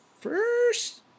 first